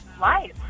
life